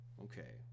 Okay